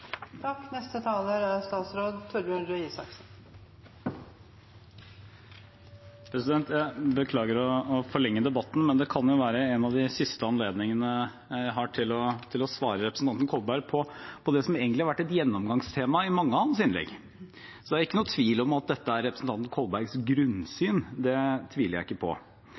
Jeg beklager å forlenge debatten, men det kan jo være en av de siste anledningene jeg har til å svare representanten Kolberg på det som egentlig har vært et gjennomgangstema i mange av hans innlegg. Det er ikke noen tvil om at dette er representanten Kolbergs grunnsyn. Det tviler jeg ikke på.